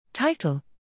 Title